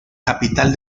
capital